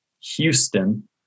Houston